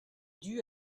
due